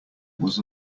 was